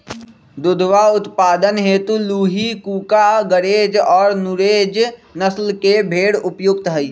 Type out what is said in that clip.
दुधवा उत्पादन हेतु लूही, कूका, गरेज और नुरेज नस्ल के भेंड़ उपयुक्त हई